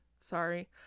Sorry